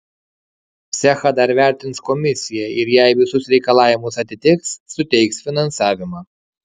cechą dar vertins komisija ir jei visus reikalavimus atitiks suteiks finansavimą